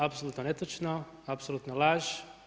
Apsolutno netočno, apsolutna laž.